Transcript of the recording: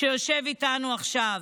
שיושב איתנו עכשיו.